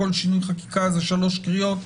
כל שינוי חקיקה זה שלוש קריאות.